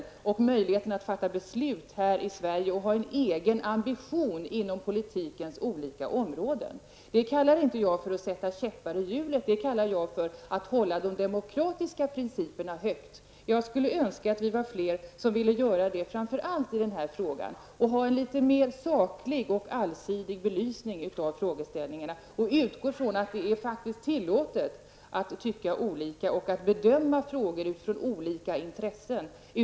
Det skall finnas möjligheter att fatta beslut här i Sverige, och vi skall ha egna ambitioner på politikens olika områden. Det är, enligt min mening, inte att sätta en käpp i hjulet, utan det är att hålla de demokratiska principerna högt. Jag skulle önska att vi var fler som hade samma uppfattning, framför allt i den här frågan. Vidare skulle jag önska att vi fick en något mera saklig och allsidig belysning av de olika frågorna. Jag utgår från att det är tillåtet att tycka olika och att bedöma frågor utifrån olika intressen.